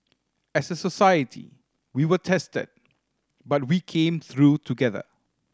as a society we were tested but we came through together